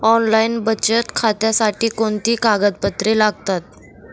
Online बचत खात्यासाठी कोणती कागदपत्रे लागतात?